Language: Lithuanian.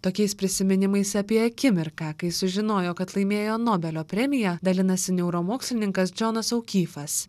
tokiais prisiminimais apie akimirką kai sužinojo kad laimėjo nobelio premiją dalinasi neuromokslininkas džonas aukyfas